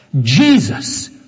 Jesus